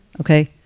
okay